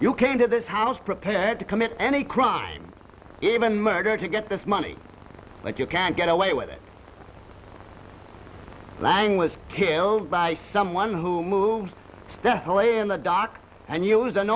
you came to this house prepared to commit any crime even murder to get this money but you can't get away with it lang was killed by someone who moved away in the dark and